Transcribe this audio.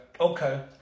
okay